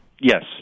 Yes